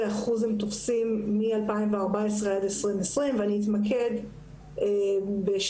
אחוז הם תופסים מ-2014 ועד 2020. אני אתמקד בשני